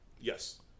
yes